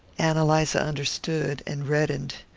ann eliza understood and reddened.